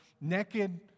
Naked